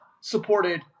supported